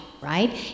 right